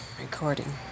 recording